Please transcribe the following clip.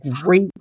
great